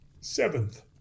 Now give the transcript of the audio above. Seventh